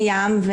אני ים.